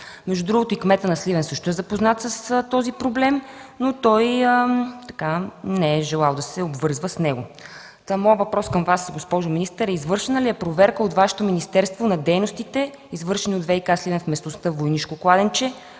от нея. Кметът на Сливен също е запознат с този проблем, но той не е пожелал да се обвързва с него. Моят въпрос към Вас, госпожо министър, е: направена ли е проверка от Вашето министерство на дейностите, извършени от ВиК – Сливен, в местността „Войнишко кладенче”?